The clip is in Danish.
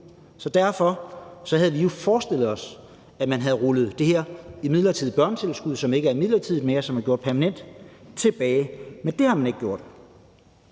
Så derfor havde vi jo forestillet os, at man havde rullet det her midlertidige børnetilskud, som ikke er midlertidigt mere, men som er blevet gjort permanent, tilbage, men det har man ikke gjort.